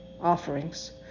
offerings